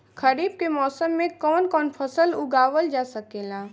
खरीफ के मौसम मे कवन कवन फसल उगावल जा सकेला?